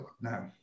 no